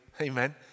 Amen